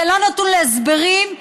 זה נתון לא להסברים,